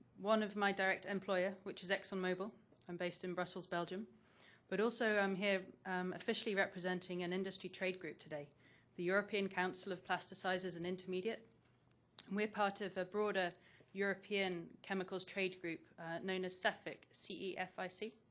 one of my direct employer, which is exxon mobil and based in brussels, belgium but also i'm here officially representing an industry trade group today the european council of plasticizers and intermediates. and we're part of a broader european chemicals trade group known as cefic, c e f i c.